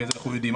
אנחנו יודעים,